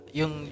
yung